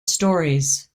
stories